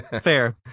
Fair